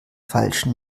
feilschen